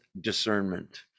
discernment